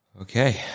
Okay